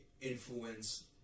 influence